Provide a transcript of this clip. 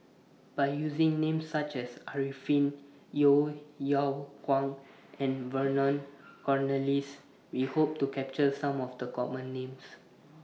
By using Names such as Arifin Yeo Yeow Kwang and Vernon Cornelius We Hope to capture Some of The Common Names